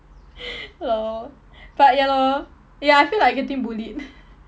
ya lor but ya lor ya I feel like getting bullied